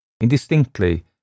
Indistinctly